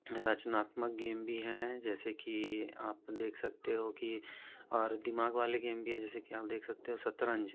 रचनात्मक गेम भी हैं जैसे कि आप देख सकते हो कि और दिमाग़ वाले गेम भी हैं जैसे कि आप देख सकते हो शतरंज